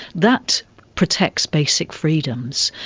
that protects basic freedoms,